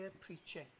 preaching